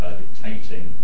dictating